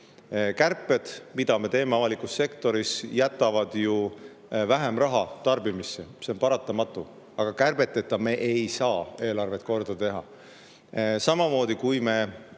Kärped, mida me teeme avalikus sektoris, jätavad ju vähem raha tarbimisse, see on paratamatu. Aga kärbeteta me ei saa eelarvet korda teha. Samamoodi, kui me